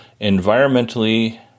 environmentally